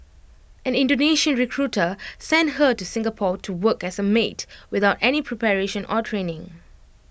an Indonesian recruiter sent her to Singapore to work as A maid without any preparation or training